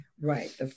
Right